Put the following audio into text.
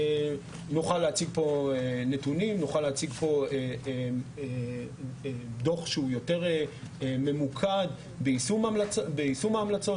נוכל להציג פה נתונים ודוח שהוא יותר ממוקד ביישום ההמלצות.